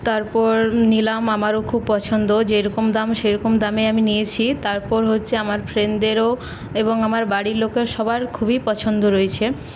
তারপর নিলাম আমারও খুব পছন্দ যেরকম দাম সেরকম দামে আমি নিয়েছি তারপর হচ্ছে আমার ফ্রেন্ডদেরও এবং আমার বাড়ির লোকের সবার খুবই পছন্দ রয়েছে